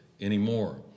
anymore